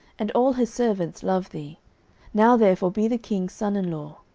and all his servants love thee now therefore be the king's son in law.